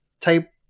type